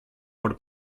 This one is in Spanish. por